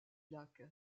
lac